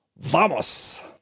Vamos